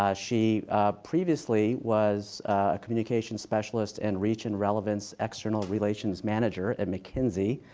ah she previously was a communications specialist and reach and relevance external relations manager at mckinsey,